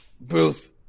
Bruce